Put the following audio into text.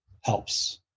helps